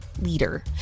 leader